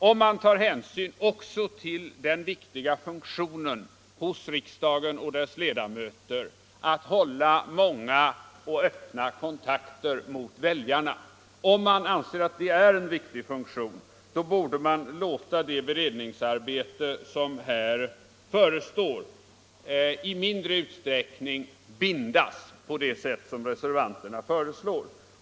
Om man anser att det är en viktig funktion för riksdagen och dessa ledamöter att hålla många och öppna kontakter med väljarna borde man låta det beredningsarbete som förestår i mindre utsträckning bindas på det sätt som reservanterna föreslår.